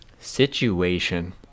Situation